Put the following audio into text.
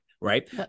right